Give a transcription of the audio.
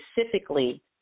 specifically